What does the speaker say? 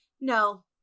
No